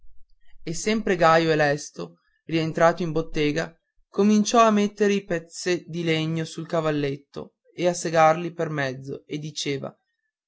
e sempre gaio e lesto rientrato in bottega cominciò a mettere dei pezzi di legno sul cavalletto e a segarli per mezzo e diceva